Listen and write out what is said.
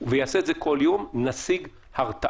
ויעשה את זה כל יום נשיג הרתעה.